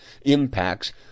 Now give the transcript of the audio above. impacts